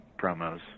promos